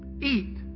eat